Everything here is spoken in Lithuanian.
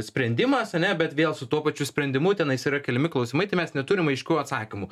sprendimas ane bet vėl su tuo pačiu sprendimu tenais yra keliami klausimai tai mes neturim aiškių atsakymų